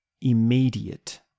immediate